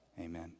Amen